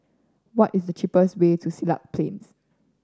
what is the cheapest way to Siglap Plain